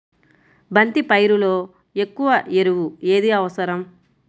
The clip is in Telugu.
బంతి పైరులో ఎక్కువ ఎరువు ఏది అవసరం?